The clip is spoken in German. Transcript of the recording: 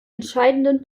entscheidenden